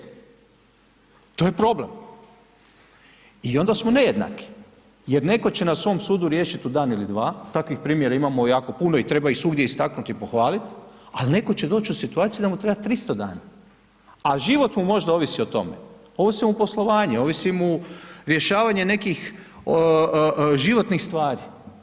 To je problem i onda smo nejednaki jer netko će na svom sudu riješiti u dan ili dva, takvih primjera imamo jako puno i treba ih svugdje istaknuti i pohvaliti ali netko će doć u situaciju da mu treba 300 dana a život mu možda ovisi o tome, ovisi mu poslovanje, ovisi mu rješavanje nekih životnih stvari.